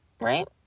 right